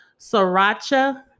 sriracha